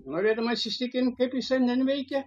norėdamas įsitikint kaip jisai ten veikia